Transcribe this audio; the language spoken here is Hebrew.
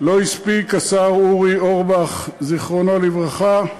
לא הספיק השר אורי אורבך, זיכרונו לברכה,